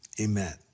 Amen